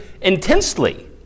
intensely